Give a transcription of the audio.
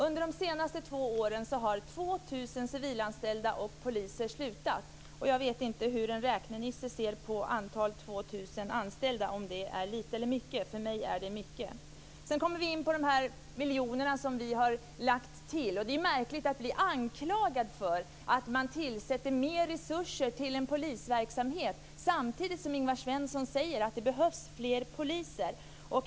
Under de senaste två åren har 2 000 civilanställda och poliser slutat. Jag vet inte hur en räknenisse ser på antalet 2 000 anställda, om det är lite eller mycket. För mig är det mycket. Sedan kommer vi in på de miljoner som vi har lagt till. Det är märkligt att bli anklagad för att man tillsätter mer resurser till polisverksamheten samtidigt som Ingvar Johnsson säger att det behövs fler poliser.